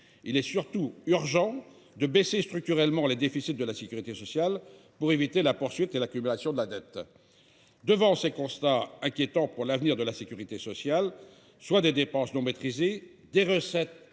Il est surtout urgent de réduire structurellement les déficits de la sécurité sociale, pour éviter la poursuite de l’accumulation de la dette. Devant ces constats inquiétants pour l’avenir de la sécurité sociale – des dépenses non maîtrisées, des recettes